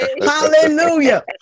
Hallelujah